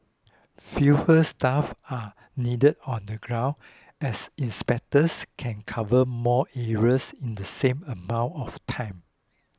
fewer staff are needed on the ground as inspectors can cover more areas in the same amount of time